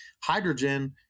hydrogen